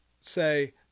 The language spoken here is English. say